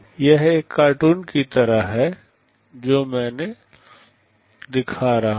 यह एक कार्टून की तरह है जो मैं दिखा रहा हूं